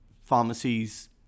pharmacies